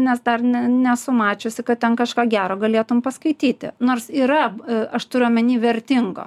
nes dar ne nesu mačiusi kad ten kažką gero galėtum paskaityti nors yra aš turiu omeny vertingo